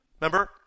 Remember